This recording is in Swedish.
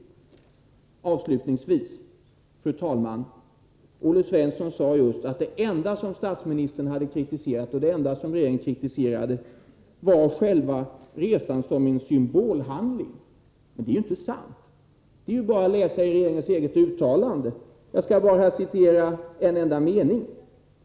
Avslutningsvis, fru talman: Olle Svensson sade just att det enda som statsministern hade kritiserat och det enda som regeringen kritiserat var själva resan som en symbolhandling. Det är inte sant. Det är bara att läsa i regeringens eget uttalande — jag skall citera en enda mening.